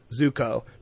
Zuko